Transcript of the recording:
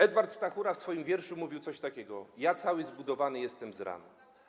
Edward Stachura w swoim wierszu mówił coś takiego: ja cały zbudowany jestem z ran.